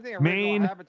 main